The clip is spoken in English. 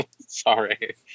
Sorry